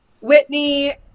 Whitney